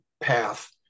path